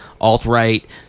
alt-right